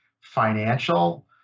financial